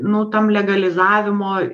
nu tam legalizavimo